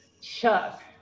Chuck